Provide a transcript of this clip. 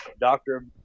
doctor